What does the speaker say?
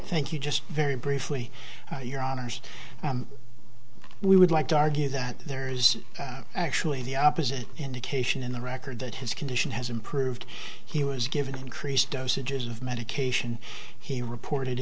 thank you just very briefly your honour's we would like to argue that there is actually the opposite indication in the record that his condition has improved he was given increased dosages of medication he reported